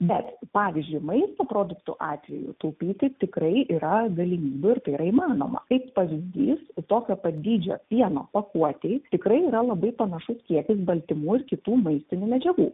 bet pavyzdžiui maisto produktų atveju taupyti tikrai yra galimybių ir tai yra įmanoma kaip pavyzdys tokio pat dydžio pieno pakuotėj tikrai yra labai panašus kiekis baltymų ir kitų maistinių medžiagų